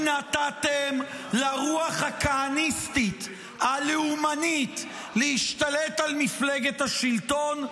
נתתם לרוח הכהניסטית הלאומנית להשתלט על מפלגת השלטון,